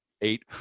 eight